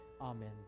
amen